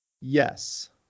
Yes